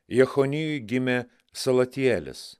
jechonijui gimė salatjėlis